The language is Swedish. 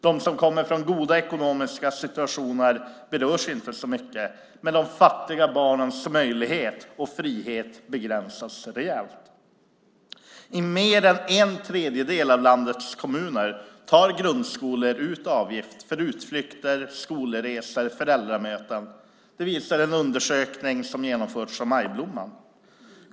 De som kommer från goda ekonomiska situationer berörs inte så mycket, men de fattiga barnens möjlighet och frihet begränsas rejält. I mer än en tredjedel av landets kommuner tar grundskolor ut avgifter för utflykter, skolresor och föräldramöten. Det visar en undersökning som genomförts av Majblomman.